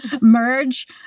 merge